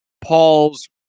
Paul's